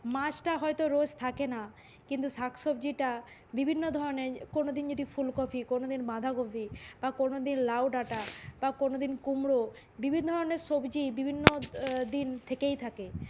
মাছটা হয়তো রোজ থাকে না কিন্তু শাকসবজিটা বিভিন্ন ধরনের কোনো দিন যদি ফুলকপি কোনো দিন বাঁধাকপি বা কোনো দিন লাউ ডাঁটা বা কোনো দিন কুমড়ো বিভিন্ন ধরনের সবজি বিভিন্ন দিন থেকেই থাকে